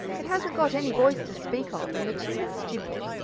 it hasn't got any voice to speak of, and the tune is stupid.